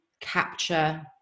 capture